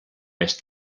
més